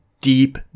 deep